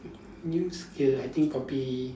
new skills I think probably